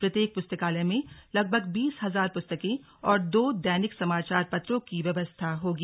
प्रत्येक पुस्तकालय में लगभग बीस हजार पुस्तकें और दो दैनिक समाचार पत्रों की व्यवस्था होगी